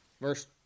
verse